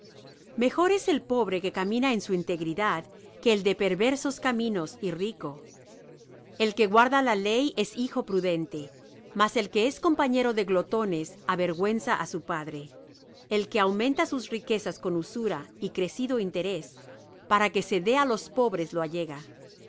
mejor es el pobre que camina en su integridad que el de perversos caminos y rico el que guarda la ley es hijo prudente mas el que es compañero de glotones avergüenza á su padre el que aumenta sus riquezas con usura y crecido interés para que se dé á los pobres lo allega